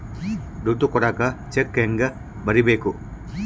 ದುಡ್ಡು ಕೊಡಾಕ ಚೆಕ್ ಹೆಂಗ ಬರೇಬೇಕು?